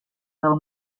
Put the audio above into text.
del